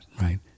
right